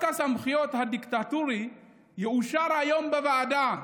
הסמכויות הדיקטטורי יאושר היום בוועדה"